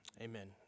amen